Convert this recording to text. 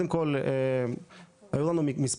אתה